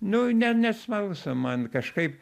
nu ne nesmalsu man kažkaip